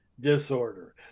disorder